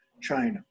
China